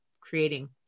creating